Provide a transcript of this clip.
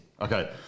Okay